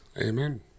Amen